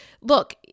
look